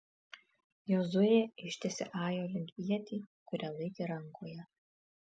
jozuė ištiesė ajo link ietį kurią laikė rankoje